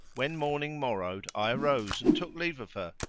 when morning morrowed i arose and took leave of her,